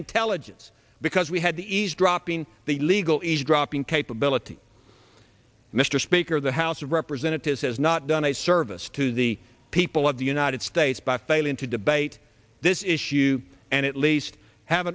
intelligence because we had the eavesdropping the legal age dropping capability mr speaker the house of representatives has not done a disservice to the people of the united states by failing to debate this issue and at least have